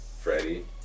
Freddie